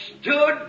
stood